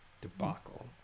Debacle